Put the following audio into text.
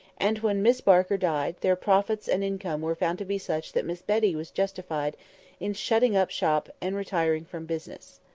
and when miss barker died, their profits and income were found to be such that miss betty was justified in shutting up shop and retiring from business.